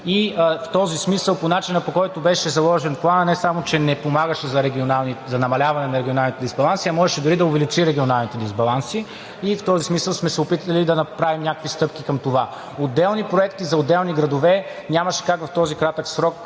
В този смисъл по начина, по който беше заложен Планът, не само че не помагаше за намаляване на регионалните дисбаланси, а можеше дори да увеличи регионалните дисбаланси. В този смисъл сме се опитали да направим някакви стъпки към това. Отделни проекти за отделни градове нямаше как в този кратък срок